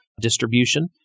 Distribution